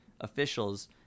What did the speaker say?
officials